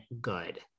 good